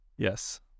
Yes